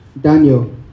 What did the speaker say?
Daniel